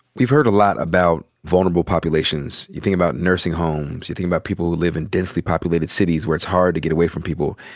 we've heard a lot about vulnerable populations. you think about nursing homes. you think about people who live in densely populated cities where it's hard to get away from people.